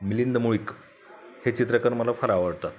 मिलिंद मुळीक हे चित्रकार मला फार आवडतात